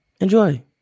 enjoy